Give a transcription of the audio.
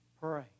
Pray